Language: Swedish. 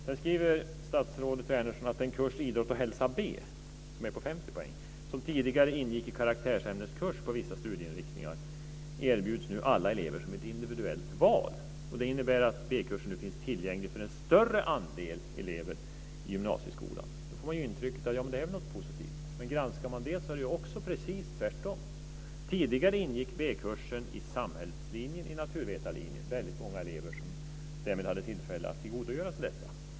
Statsrådet Wärnersson skriver vidare: "Den kurs, idrott och hälsa B," - den är på 50 poäng - "som tidigare ingick som karaktärsämneskurs på vissa studieinriktningar erbjuds nu alla elever som ett individuellt val. Det innebär att B-kursen nu finns tillgänglig för en större andel av eleverna i gymnasieskolan." Då får man intrycket att det är något positivt. Men om man granskar det ser man att det är precis tvärtom. Tidigare ingick B-kursen i samhällslinjen och naturvetarlinjen. Det var därmed väldigt många elever som hade tillfälle att tillgodogöra sig detta.